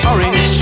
Orange